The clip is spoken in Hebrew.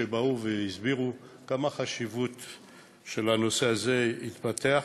שבאו והסבירו כמה חשוב שהנושא הזה יתפתח,